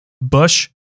Bush